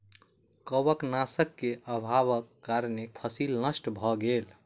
कवकनाशक के अभावक कारणें फसील नष्ट भअ गेल